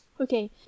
Okay